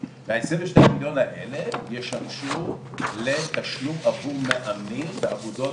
ושניים מיליון האלה ישמשו עבור מאמנים באגודות,